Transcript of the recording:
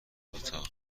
دوتا